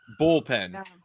bullpen